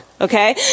okay